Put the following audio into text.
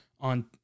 on